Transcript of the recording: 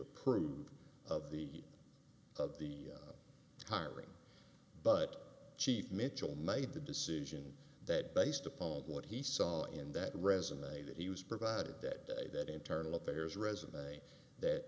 approve of the of the hiring but cheap mitchell made the decision that based upon what he saw in that resonate that he was providing that that internal affairs resume that